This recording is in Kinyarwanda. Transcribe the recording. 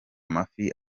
amafi